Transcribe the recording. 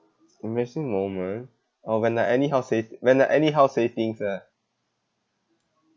embarrassing moment oh when I anyhow say when I anyhow say things ah